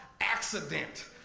accident